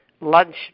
lunch